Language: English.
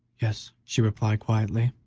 yes, she replied, quietly,